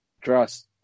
trust